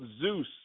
Zeus